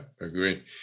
agree